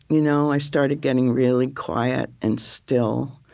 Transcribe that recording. you know i started getting really quiet and still.